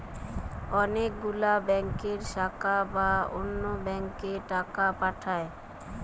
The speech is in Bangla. অনেক গুলো ব্যাংকের শাখা বা অন্য ব্যাংকে টাকা পাঠায়